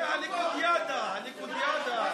זה הליכודיאדה, הליכודיאדה.